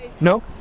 No